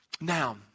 Now